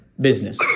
business